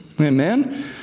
Amen